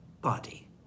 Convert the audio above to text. body